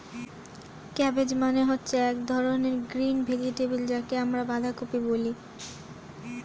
cabbage মানে হচ্ছে এক ধরনের গ্রিন ভেজিটেবল যাকে আমরা বাঁধাকপি বলি